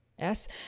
yes